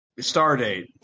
Stardate